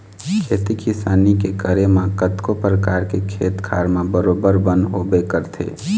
खेती किसानी के करे म कतको परकार के खेत खार म बरोबर बन होबे करथे